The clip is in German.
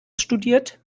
studiert